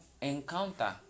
encounter